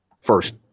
first